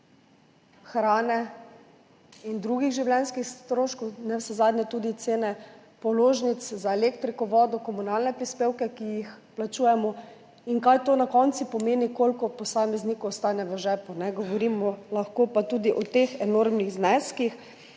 hrane in drugih življenjskih stroškov, navsezadnje tudi cene položnic za elektriko, vodo, komunalne prispevke, ki jih plačujemo. Kaj to na koncu pomeni, koliko posamezniku ostane v žepu? Govorimo pa lahko tudi o teh enormnih zneskih,